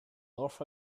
north